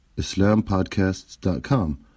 islampodcasts.com